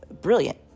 brilliant